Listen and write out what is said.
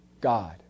God